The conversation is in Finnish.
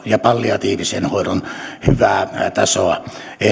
ja palliatiivisen hoidon hyvää tasoa